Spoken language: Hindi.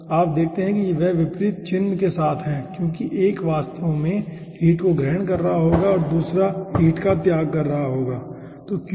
अब आप देखते हैं कि वे विपरीत चिन्ह के साथ हैं क्योंकि एक वास्तव में हीट को ग्रहण कर रहा होगा और दूसरा वास्तव में हीट का त्याग कर रहा होगा ठीक है